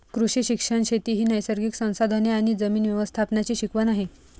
कृषी शिक्षण शेती ही नैसर्गिक संसाधने आणि जमीन व्यवस्थापनाची शिकवण आहे